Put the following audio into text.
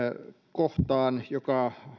kohtaan joka